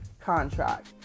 contract